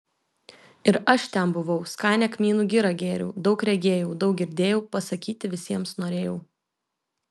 ir aš ten buvau skanią kmynų girą gėriau daug regėjau daug girdėjau pasakyti visiems norėjau